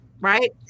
Right